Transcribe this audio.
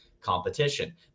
competition